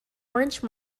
orange